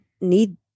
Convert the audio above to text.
need